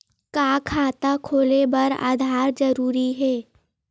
का खाता खोले बर आधार जरूरी हे?